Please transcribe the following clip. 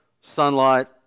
sunlight